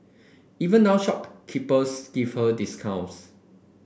even now shopkeepers give her discounts